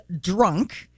drunk